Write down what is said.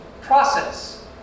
process